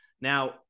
Now